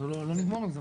אנחנו לא נגמור עם זה.